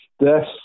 Yes